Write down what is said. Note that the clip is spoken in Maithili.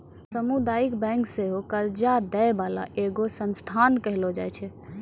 समुदायिक बैंक सेहो कर्जा दै बाला एगो संस्थान कहलो जाय छै